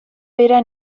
bera